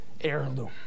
heirloom